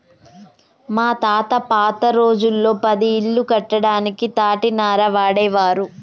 మా తాత పాత రోజుల్లో పది ఇల్లు కట్టడానికి తాటినార వాడేవారు